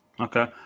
Okay